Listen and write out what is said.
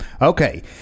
Okay